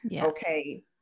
Okay